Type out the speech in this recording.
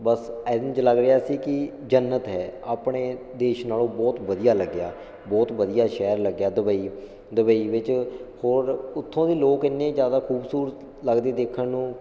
ਬਸ ਇੰਝ ਲੱਗ ਰਿਹਾ ਸੀ ਕਿ ਜੰਨਤ ਹੈ ਆਪਣੇ ਦੇਸ਼ ਨਾਲ਼ੋਂ ਬਹੁਤ ਵਧੀਆ ਲੱਗਿਆ ਬਹੁਤ ਵਧੀਆ ਸ਼ਹਿਰ ਲੱਗਿਆ ਦੁਬਈ ਦੁਬਈ ਵਿੱਚ ਹੋਰ ਉਥੋਂ ਦੇ ਲੋਕ ਇੰਨੇ ਜ਼ਿਆਦਾ ਖੂਬਸੂਰਤ ਲੱਗਦੇ ਦੇਖਣ ਨੂੰ